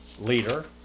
leader